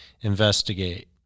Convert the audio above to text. investigate